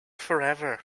forever